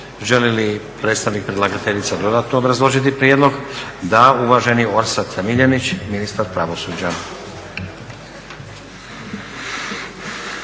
Želi li predstavnik predlagateljice dodatno obrazložiti prijedlog? Da. Uvaženi Orsat Miljenić, ministar pravosuđa.